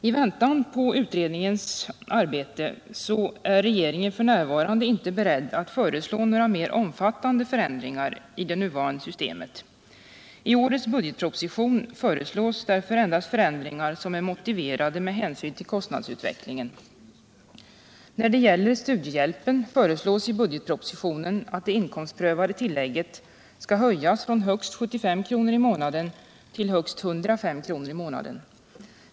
I väntan på utredningens arbete är regeringen f. n. inte beredd att föreslå några mera omfattande förändringar i det nuvarande systemet. I årets budgetproposition föreslogs därför endast förändringar som är motiverade med hänsyn till kostnadsutvecklingen. När det gäller studiehjälpen föreslås i budgetpropositionen att det inkomstprövade tillägget skall höjas från högst 75 kr. till högst 105 kr. i månaden.